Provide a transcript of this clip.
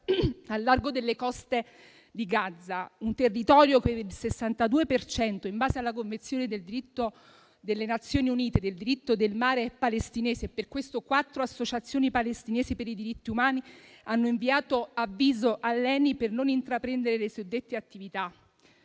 al largo delle coste di Gaza, un territorio che per il 62 per cento, in base alla Convenzione delle Nazioni Unite sul diritto del mare, è palestinese. Per questo quattro associazioni palestinesi per i diritti umani hanno inviato avviso ad ENI di non intraprendere le suddette attività.